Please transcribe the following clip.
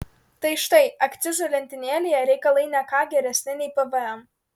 tai štai akcizų lentynėlėje reikalai ne ką geresni nei pvm